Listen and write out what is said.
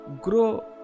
grow